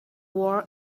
war